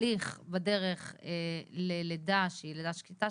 תהליך בדרך ללידה שהיא לידה שקטה,